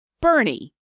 Bernie